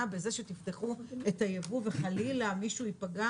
בזה שתפתחו את היבוא וחלילה מישהו ייפגע?